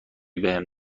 بهم